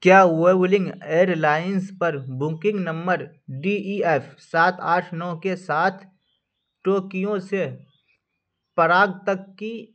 کیا Vueling airlines پر booking number D E F سات آٹھ نو کے ساتھ ٹوکیو سے پراگ تک کی